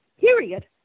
Period